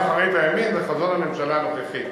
חזון אחרית הימים, זה חזון הממשלה הנוכחית.